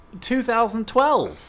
2012